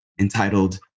entitled